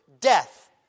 death